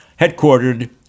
headquartered